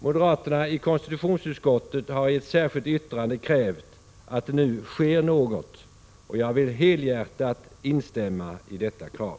Moderaterna i konstitutionsutskottet har i ett särskilt yttrande krävt att det nu sker något, och jag vill helhjärtat instämma i detta krav.